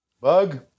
bug